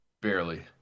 barely